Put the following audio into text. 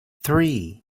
three